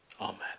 Amen